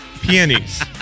Peonies